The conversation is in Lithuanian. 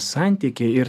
santykiai ir